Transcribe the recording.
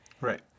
right